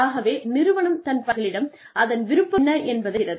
ஆகவே நிறுவனம் தன் பணியாளர்களிடம் அதன் விருப்பம் என்ன என்பதைச் சொல்கிறது